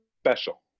special